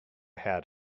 had